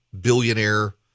billionaire